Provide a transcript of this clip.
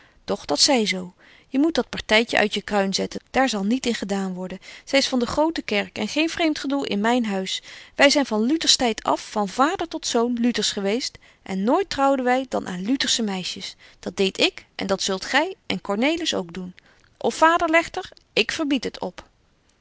doch dat zy zo je moet dat partytje uit je kruin zetten daar zal niet in gedaan worden zy is van de grote kerk en geen vreemd goed in myn huis wy zyn van luters tyd af van vader tot zoon luters geweest en nooit trouwden wy dan aan lutersche meisjes dat deed ik en dat zult gy en cornelis ook doen of vader legt er ik verbied het op